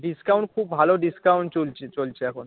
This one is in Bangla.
ডিসকাউন্ট খুব ভালো ডিসকাউন্ট চলছে চলছে এখন